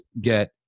get